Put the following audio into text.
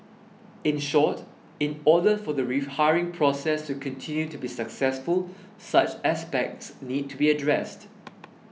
in short in order for the rehiring process to continue to be successful such aspects need to be addressed